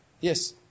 Yes